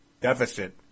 deficit